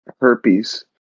herpes